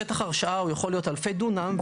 שטח הרשאה יכול להיות אלפי דונם,